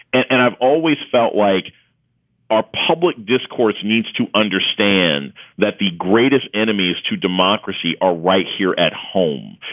and i've always felt like our public discourse needs to understand that the greatest enemies to democracy are right here at home.